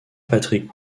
patrick